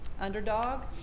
underdog